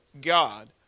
God